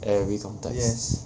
every context